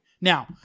Now